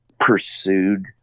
pursued